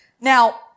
Now